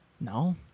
No